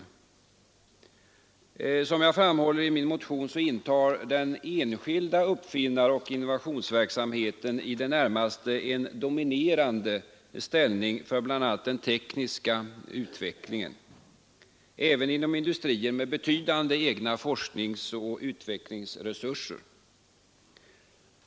Som jag framhållit i min motion spelar den enskilda uppfinnaroch innovationsverksamheten i det närmaste en dominerande roll för bl.a. den tekniska utvecklingen, även inom industrier med betydande egna forskningsoch utvecklingsresurser.